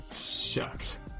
Shucks